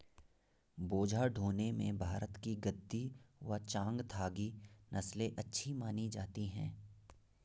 बोझा ढोने में भारत की गद्दी व चांगथागी नस्ले अच्छी मानी जाती हैं